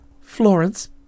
Florence